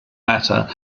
matter